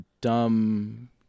dumb